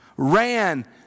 ran